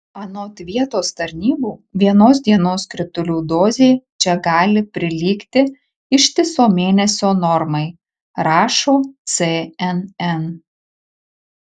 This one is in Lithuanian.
anot vietos tarnybų vienos dienos kritulių dozė čia gali prilygti ištiso mėnesio normai rašo cnn